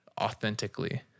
authentically